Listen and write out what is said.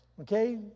Okay